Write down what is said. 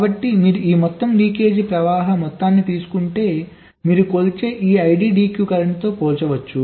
కాబట్టి మీరు ఈ మొత్తం లీకేజ్ ప్రవాహాల మొత్తాన్ని తీసుకుంటే మీరు కొలిచే ఈ IDDQ కరెంట్తో పోల్చవచ్చు